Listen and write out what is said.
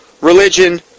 religion